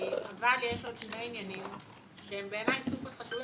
שני עניינים שהם באמת סופר חשובים,